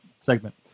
segment